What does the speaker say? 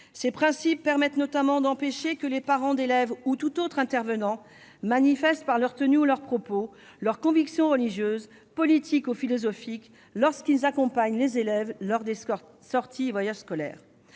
Ces principes permettent notamment d'empêcher que les parents d'élèves ou tout autre intervenant manifestent, par leur tenue ou leurs propos, leurs convictions religieuses, politiques ou philosophiques lorsqu'ils accompagnent les élèves lors des sorties et voyages scolaires.